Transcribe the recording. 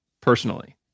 personally